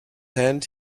hand